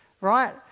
right